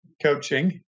coaching